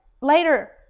later